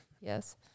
Yes